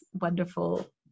wonderful